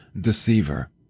deceiver